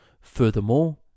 Furthermore